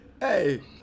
hey